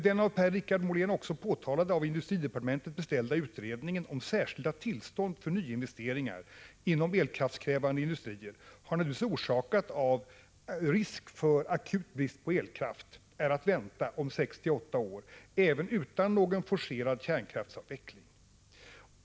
Den av Per-Richard Molén också berörda och av industridepartementet beställda utredningen om särskilda tillstånd för nyinvesteringar inom elkraftskrävande industrier har naturligtvis orsakats av att akut brist på elkraft är att vänta om sex till åtta år även utan någon forcerad kärnkraftsavveckling.